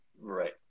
Right